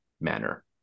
manner